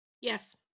Yes